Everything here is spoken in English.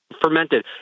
fermented